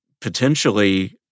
potentially